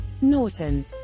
Norton